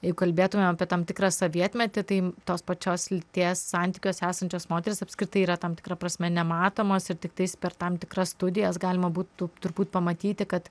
jeigu kalbėtumėm apie tam tikrą sovietmetį tai tos pačios lyties santykiuose esančios moterys apskritai yra tam tikra prasme nematomos ir tiktais per tam tikras studijas galima būtų turbūt pamatyti kad